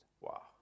Wow